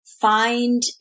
find